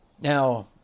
Now